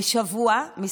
בשבוע.